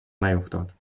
نیفتاد